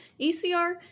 ECR